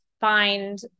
find